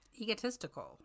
egotistical